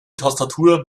tastatur